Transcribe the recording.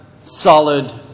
solid